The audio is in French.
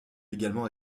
également